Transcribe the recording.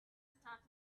start